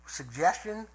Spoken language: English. suggestion